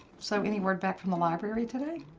so, any word back from the library today?